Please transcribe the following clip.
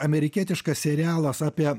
amerikietiškas serialas apie